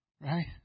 Right